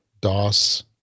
dos